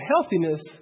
healthiness